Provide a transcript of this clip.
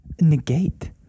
negate